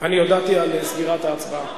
אני הודעתי על סגירת ההצבעה.